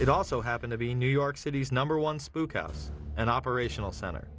it also happened to be new york city's number one spook house and operational center